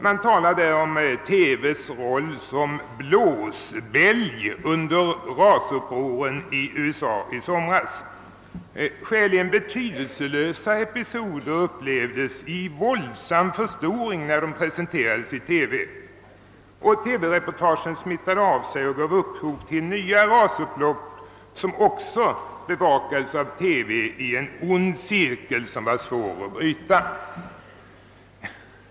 Man talar där om »TV:s roll som blåsbälg under rasupproren i USA i somras. Skäligen betydelselösa episoder upplevdes i våldsam förstoring när de presenterades i TV, och TV reportagen smittade av sig och gav upphov till nya rasupplopp som också bevakades av TV i en ond cirkel som var svår att bryta».